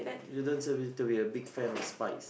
you don't seem to be a big fan of spice